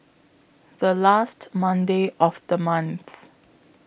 The last Monday of The month